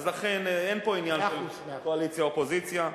לכן אין פה עניין של קואליציה אופוזיציה.